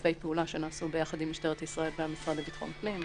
שיתופי פעולה שנעשו ביחד עם משטרת ישראל והמשרד לביטחון פנים,